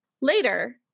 Later